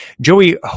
Joey